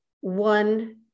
one